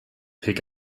pick